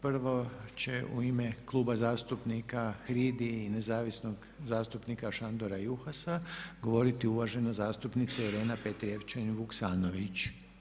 Prvo će u ime Kluba zastupnika HRID-i i nezavisnog zastupnika Šandora Juhasa govoriti uvažena zastupnika Irena Petrijevčanin Vuksanović.